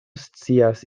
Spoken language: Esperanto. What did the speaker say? scias